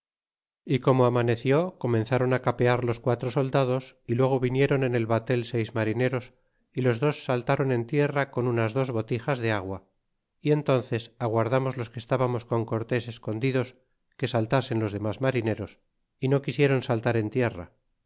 y como amaneció comenzáron capear los quatro soldados y luego vinieron en el batel seis marineros y los dos saltron en tierra con unas dos botijas de agua y entónces aguardamos los que estábamos con cortes escondidos que saltasen los demas marineros y no quisieron saltar en tierra